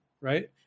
right